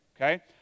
okay